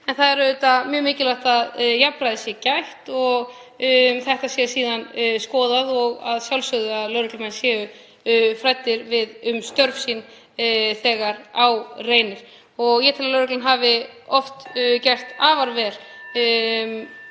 En það er auðvitað mjög mikilvægt að jafnræðis sé gætt og þetta sé skoðað og að sjálfsögðu að lögreglumenn séu fræddir um störf sín þegar á reynir. Ég tel að lögreglan hafi oft gert afar vel